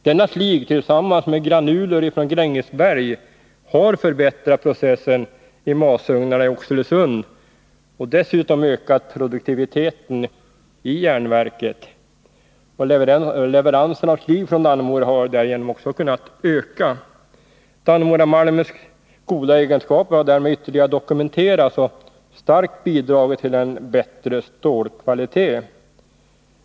Denna slig tillsammans med granuler från Grängesberg har förbättrat processen i masugnarna i Oxelösund. Produktiviteten i järnverket har också ökats. Leveranserna av slig från Dannemora har därmed också kunnat öka. Dannemoramalmens goda egenskaper har ytterligare dokumenterats. Den har starkt bidragit till en bättre stålkvalitet.